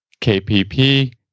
KPP